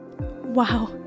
Wow